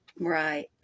Right